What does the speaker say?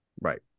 right